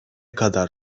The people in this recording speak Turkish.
kadar